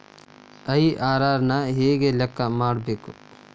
IRR ನ ಹೆಂಗ ಲೆಕ್ಕ ಮಾಡಬೇಕ?